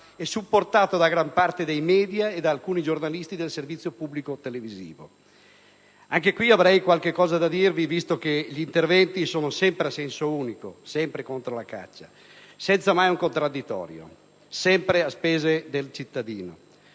e supportato da gran parte dei media e da alcuni giornalisti del servizio pubblico televisivo. Anche qui avrei qualcosa da dire, visto che gli interventi sono sempre a senso unico contro la caccia, senza mai un contraddittorio, sempre a spese del cittadino.